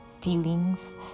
feelings